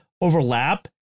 overlap